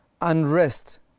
Unrest